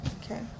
Okay